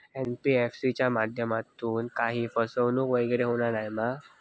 NBFC च्या माध्यमातून काही फसवणूक वगैरे होना नाय मा?